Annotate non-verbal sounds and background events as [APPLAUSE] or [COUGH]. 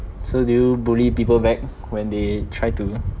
so do you bully people back [BREATH] when they try to [BREATH]